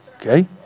okay